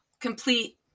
Complete